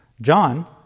John